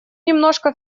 немножко